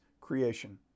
creation